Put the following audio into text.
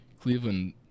Cleveland